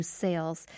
sales